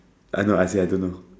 I know I say I don't know